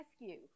rescue